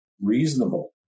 reasonable